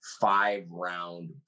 five-round